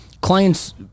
clients